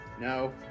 no